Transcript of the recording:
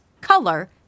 color